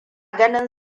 ganin